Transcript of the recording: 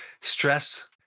stress